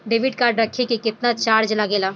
Debit card रखे के केतना चार्ज लगेला?